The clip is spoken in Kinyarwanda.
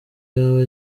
yaba